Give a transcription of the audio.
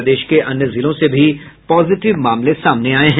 प्रदेश के अन्य जिलों से भी पॉजिटिव मामले सामने आये हैं